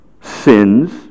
sins